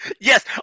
Yes